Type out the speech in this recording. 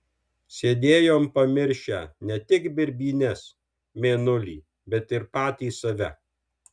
sėdėjom pamiršę ne tik birbynes mėnulį bet ir patys save